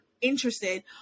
interested